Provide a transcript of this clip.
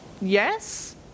yes